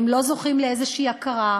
הם לא זוכים לאיזושהי הכרה,